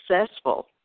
successful